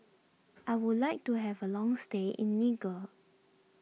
I would like to have a long stay in Niger